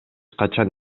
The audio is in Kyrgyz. качан